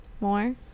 more